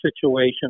situation